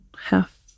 half